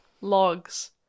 Logs